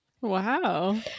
Wow